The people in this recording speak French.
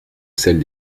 celle